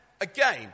again